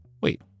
Wait